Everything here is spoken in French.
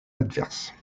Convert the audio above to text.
adverses